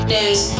News